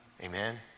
Amen